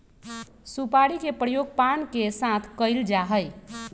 सुपारी के प्रयोग पान के साथ कइल जा हई